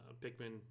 Pikmin